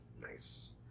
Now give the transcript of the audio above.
Nice